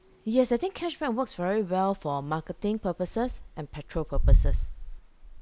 yes I think cashback works very well for marketing purposes and petrol purposes